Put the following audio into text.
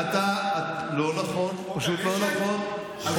לא נכון, פשוט לא נכון.